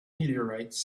meteorites